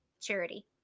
charity